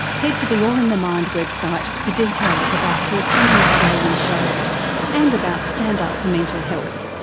head to the all in the mind website for details about her coming australian shows and about stand up for mental health.